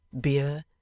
beer